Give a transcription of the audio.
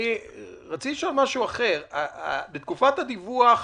בתקופת הדיווח